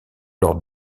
leur